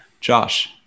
Josh